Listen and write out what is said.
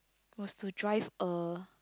was to drive a